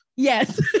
yes